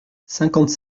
cinquante